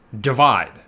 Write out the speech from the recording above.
divide